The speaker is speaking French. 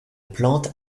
plante